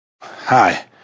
Hi